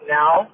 now